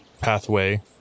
pathway